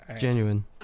genuine